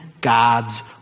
God's